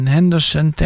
Henderson